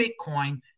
Bitcoin